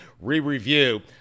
re-review